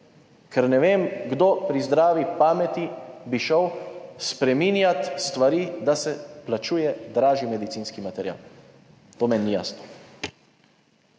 ker ne vem kdo pri zdravi pameti bi šel spreminjati stvari, da se plačuje dražji medicinski material. To meni ni jasno.